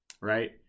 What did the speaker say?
right